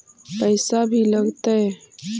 पैसा भी लगतय?